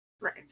Right